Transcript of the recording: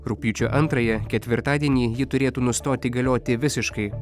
rugpjūčio antrąją ketvirtadienį ji turėtų nustoti galioti visiškai